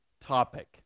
topic